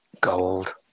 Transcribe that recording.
gold